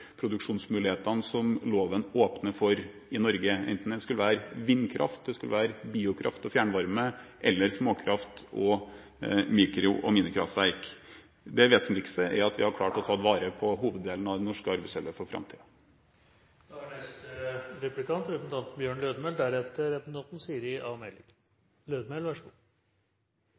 som loven åpner for i Norge, enten det skulle være vindkraft, biokraft og fjernvarme eller småkraft-, mikro- og minikraftverk. Det vesentligste er at vi har klart å ta vare på hoveddelen av det norske arvesølvet for framtiden. Eg synest det er